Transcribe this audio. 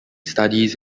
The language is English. studies